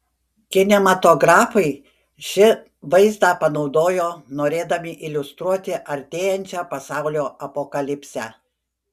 kinematografai šį vaizdą panaudojo norėdami iliustruoti artėjančią pasaulio apokalipsę